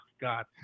God